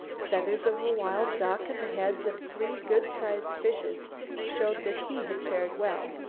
feathers of a wild duck and the heads of three good-sized fishes showed that he had fared well.